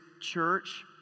church